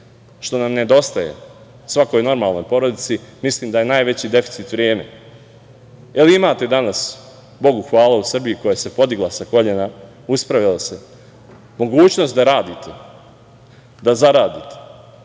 što nam nedostaje, svakoj normalnoj porodici, mislim da je najveći deficit vreme. Imate danas, Bogu hvala, u Srbiji koja se podigla sa kolena, uspravila se, mogućnost da radite, da zaradite,